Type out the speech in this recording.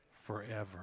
forever